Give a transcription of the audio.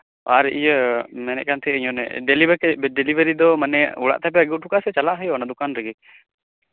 ᱟᱨ ᱤᱭᱟᱹ ᱢᱮᱱᱮᱫ ᱛᱟᱸᱦᱮᱱᱟᱹᱧ ᱰᱮᱞᱤᱵᱷᱟᱨᱤ ᱰᱮᱞᱤᱵᱷᱟᱨᱤ ᱫᱚ ᱚᱲᱟᱜ ᱛᱮᱯᱮ ᱟᱹᱜᱩ ᱦᱚᱴᱚ ᱠᱟᱜᱼᱟ ᱥᱮ ᱪᱟᱞᱟᱣ ᱦᱩᱭᱩᱜᱼᱟ ᱚᱱᱟ ᱫᱚᱠᱟᱱ ᱨᱮᱜᱮ